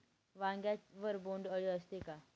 वांग्यावर बोंडअळी असते का?